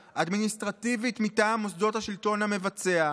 אדמיניסטרטיבית מטעם מוסדות השלטון המבצע,